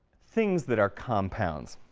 things that are compounds,